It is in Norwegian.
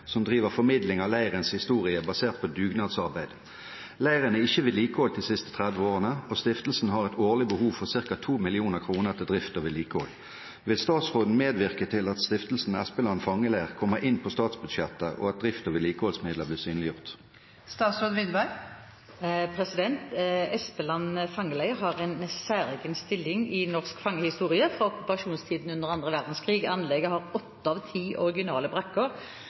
som driver formidling av leirens historie basert på dugnadsarbeid. Leiren er ikke vedlikeholdt de siste 30 år, og stiftelsen har et årlig behov for ca. 2 mill. kroner til drift og vedlikehold. Vil statsråden medvirke til at Stiftelsen Espeland fangeleir kommer inn på statsbudsjettet, og at drift og vedlikeholdsmidler blir synliggjort?» Espeland fangeleir har en særegen stilling i norsk fangehistorie fra okkupasjonstiden under annen verdenskrig. Anlegget har åtte av ti originale